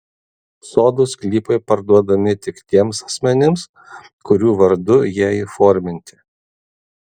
sodų sklypai parduodami tik tiems asmenims kurių vardu jie įforminti